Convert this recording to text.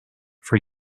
for